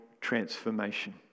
transformation